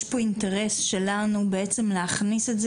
יש פה אינטרס שלנו בעצם להכניס את התוספת הזו